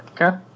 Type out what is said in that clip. Okay